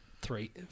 three